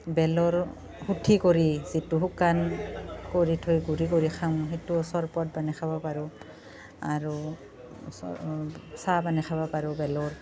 বেলৰ সুঠি কৰি যিটো শুকান কৰি থৈ গুৰি কৰি খাওঁ সেইটো চৰবত বনাই খাব পাৰো আৰু চাহপানী খাব পাৰো বেলৰ